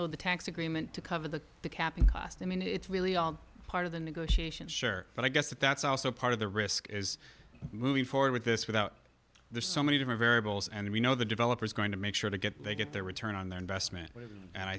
the tax agreement to cover the the capping cost i mean it's really all part of the negotiation sure but i guess that that's also part of the risk is moving forward with this without there's so many different variables and we know the developer is going to make sure to get they get their return on their investment and i